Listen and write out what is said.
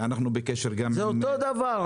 ואנחנו גם בקשר -- זה אותו דבר.